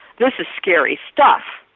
this is scary stuff,